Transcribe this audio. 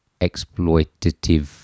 exploitative